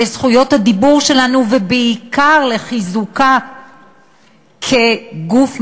לזכויות הדיבור שלנו ובעיקר לחיזוקה כגוף מחוקק.